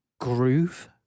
groove